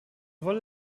wolle